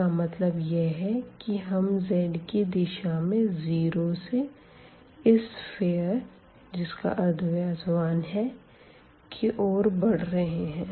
इसका मतलब यह है कि हम z की दिशा में 0 से इस सफ़ियर जिसका अर्धव्यास 1 है की ओर बढ़ रहे है